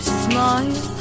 smile